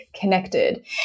connected